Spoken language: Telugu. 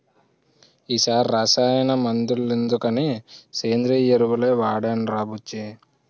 ఈ సారి రసాయన మందులెందుకని సేంద్రియ ఎరువులే వాడేనురా బుజ్జీ